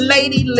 Lady